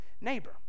neighbor